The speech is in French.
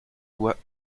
doigts